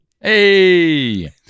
Hey